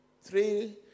three